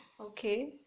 Okay